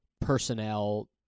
personnel